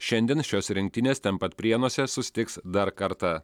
šiandien šios rinktinės ten pat prienuose susitiks dar kartą